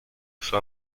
usó